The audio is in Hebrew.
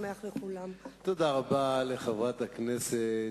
יהיה איזו סתימת פיות לכל אותם חברים שהיום